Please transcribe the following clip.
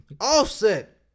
Offset